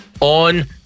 on